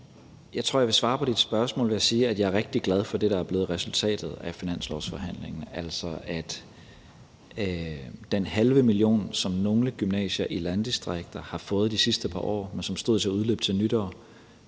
Jeg tror, jeg vil svare på dit spørgsmål ved at sige, at jeg er rigtig glad for det, der er blevet resultatet af finanslovsforhandlingerne, altså at den halve million, som nogle gymnasier i landdistrikter har fået de sidste par år, men som stod til at udløbe til nytår,